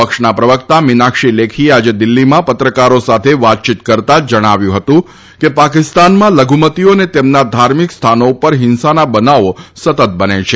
પક્ષના પ્રવક્તા મિનાક્ષી લેખીએ આજે દિલ્ફીમાં પત્રકારો સાથે વાતયીત કરતાં જણાવ્યું હતું કે પાકિસ્તાનમાં લઘુમતીઓ અને તેમના ધાર્મિક સ્થાનો ઉપર હિંસાના બનાવો સતત બને છે